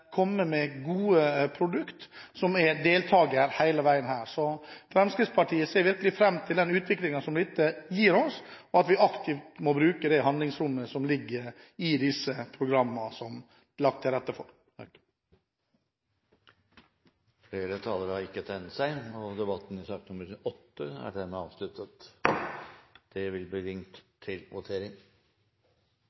komme med gode produkter hele veien her. Fremskrittspartiet ser virkelig fram til den utviklingen som dette gir oss, og vi må aktivt bruke det handlingsrommet som ligger i disse programmene som det er lagt til rette for. Flere har ikke bedt om ordet til sak nr. 8. Da er Stortinget klar til votering. Under debatten er det